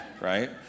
right